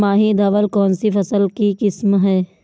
माही धवल कौनसी फसल की किस्म है?